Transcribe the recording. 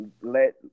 let